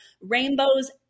rainbows